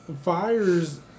fires